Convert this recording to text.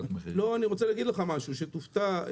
אני רוצה להגיד לך משהו ואולי תופתע,